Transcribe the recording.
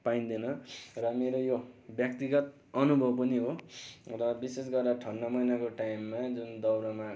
पाइँदैन र मेरो यो व्यक्तिगत अनुभव पनि हो र विशेष गरेर ठन्डा महिनाको टाइममा जुन दाउरामा